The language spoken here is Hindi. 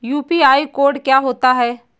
यू.पी.आई कोड क्या होता है?